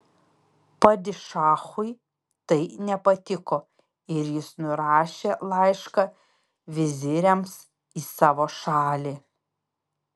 padišachui tai nepatiko ir jis nurašė laišką viziriams į savo šalį